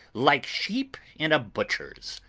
like sheep in a butcher's.